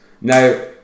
Now